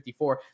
54